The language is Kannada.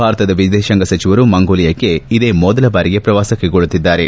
ಭಾರತದ ವಿದೇಶಾಂಗ ಸಚಿವರು ಮಂಗೋಲಿಯಾಗೆ ಇದೇ ಮೊದಲ ಬಾರಿಗೆ ಪ್ರವಾಸ ಕೈಗೊಳ್ಲುತ್ತಿದ್ದಾರೆ